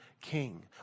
king